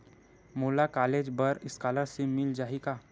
मोला कॉलेज बर स्कालर्शिप मिल जाही का?